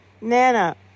nana